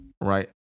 right